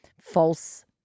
false